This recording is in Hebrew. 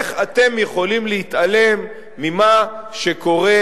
איך אתם יכולים להתעלם ממה שקורה